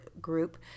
group